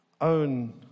own